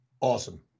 Awesome